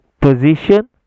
position